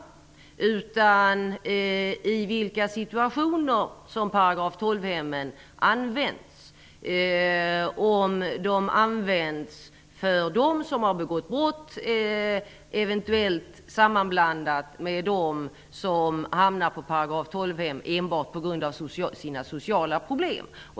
Däremot är det ett problem i vilka situationer som § 12-hemmen används, dvs. om de som har begått brott eventuellt sammanblandas med dem som hamnar på § 12-hem enbart på grund av sina sociala problem.